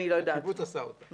הקיבוץ עשה אותה.